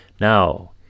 Now